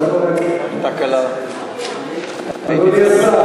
אדוני השר,